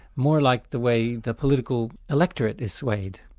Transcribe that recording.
more like the way the political electorate is swayed.